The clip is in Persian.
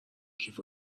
کیف